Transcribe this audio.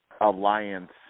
alliance